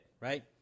right